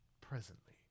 presently